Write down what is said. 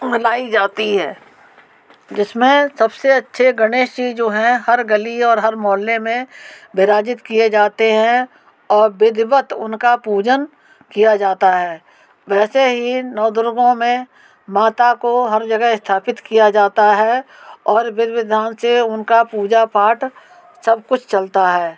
मनाई जाती है जिस में सब से अच्छे गणेश जी जो हैं हर गली और हर मोहल्ले में विराजित किए जाते हैं और बिधिवत उनका पूजन किया जाता है वैसे ही नौ दुर्गों में माता को हर जगेह स्थापित किया जाता है और विधि विधान से उनका पूजा पाठ सब कुछ चलता है